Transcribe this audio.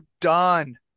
done